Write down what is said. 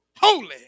holy